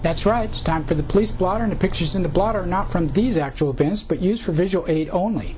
that's right it's time for the police blotter to pictures in the blotter not from these actual bins but use for visual aid only